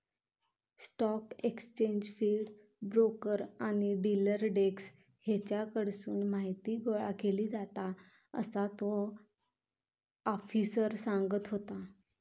stock exchange feed, broker आणि dealer desk हेच्याकडसून माहीती गोळा केली जाता, असा तो आफिसर सांगत होतो